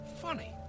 Funny